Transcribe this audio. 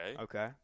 Okay